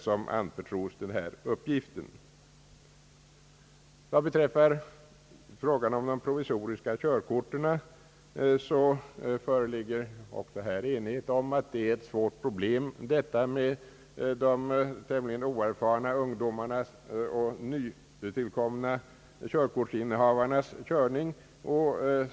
Vad beträffar de provisoriska körkorten föreligger också enighet om att de tämligen oerfarna ungdomarnas och de nytillkomna körkortsinnehavarnas körning är ett svårt problem.